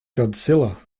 godzilla